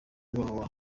www